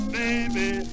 baby